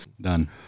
Done